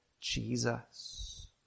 Jesus